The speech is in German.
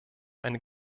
ein